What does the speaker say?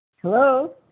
Hello